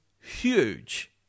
huge